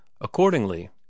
Accordingly